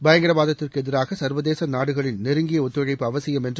பயங்கரவாதத்திற்கு எதிராக சர்வதேச நாடுகளின் நெருங்கிய ஒத்துழைப்பு அவசியம் என்று